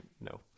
no